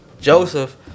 Joseph